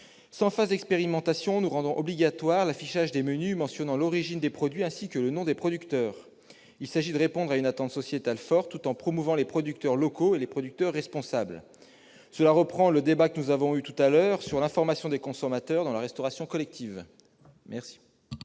Sans phase d'expérimentation, nous rendons obligatoire l'affichage des menus mentionnant l'origine des produits, ainsi que le nom des producteurs. Il s'agit ici de répondre à une attente sociétale forte, tout en promouvant les producteurs locaux et les producteurs responsables ; nous revenons ainsi au débat que nous avons eu précédemment sur l'information des consommateurs dans la restauration collective. Les